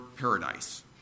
paradise